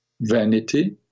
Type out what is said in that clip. vanity